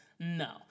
No